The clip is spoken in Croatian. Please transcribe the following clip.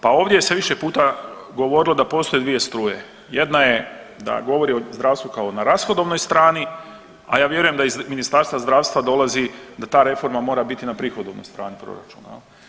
Pa ovdje se više puta govorilo da postoje dvije struje, jedna je da govori o zdravstvu kao na rashodovnoj strani, a ja vjerujem da iz Ministarstva zdravstva dolazi da ta reforma mora biti na prihodovnoj strani proračuna.